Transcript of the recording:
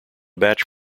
batch